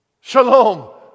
Shalom